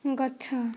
ଗଛ